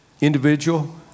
individual